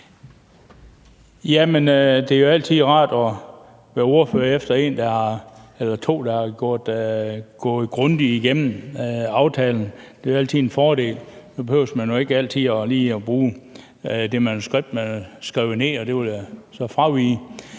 Det er jo altid rart at være ordfører efter to, der har gået aftalen grundigt igennem. Det er altid en fordel, for så behøver man ikke at bruge det manuskript, man har. Det vil jeg så fravige.